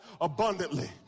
abundantly